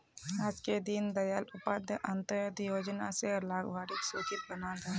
आजके दीन दयाल उपाध्याय अंत्योदय योजना र लाभार्थिर सूची बनाल गयेल